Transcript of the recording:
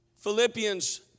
Philippians